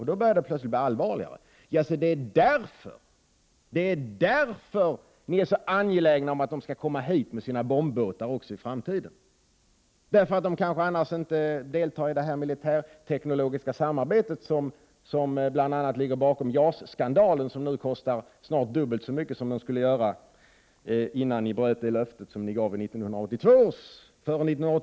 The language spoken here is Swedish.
Då börjar det plötsligt bli allvarligare. Det är därför ni är så angelägna om att de skall komma hit med sina bombbåtar även i framtiden. Dessa länder kanske annars inte kommer att delta i det militärteknologiska samarbetet, som bl.a. ligger bakom JAS-skandalen som snart har kostat dubbelt så mycket som det var sagt från början i 1982 års valrörelse.